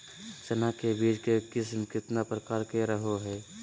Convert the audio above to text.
चना के बीज के किस्म कितना प्रकार के रहो हय?